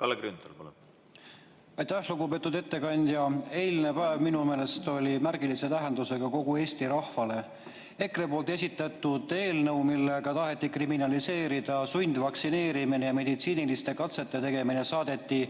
Kalle Grünthal, palun! Aitäh! Lugupeetud ettekandja! Eilne päev oli minu meelest märgilise tähendusega kogu Eesti rahvale. EKRE esitatud eelnõu, millega taheti kriminaliseerida sundvaktsineerimine ja meditsiiniliste katsete tegemine, saadeti